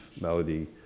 melody